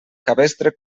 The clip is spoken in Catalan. cabestre